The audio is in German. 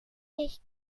ich